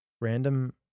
random